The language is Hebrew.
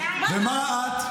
ומה את?